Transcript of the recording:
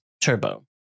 turbo